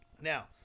Now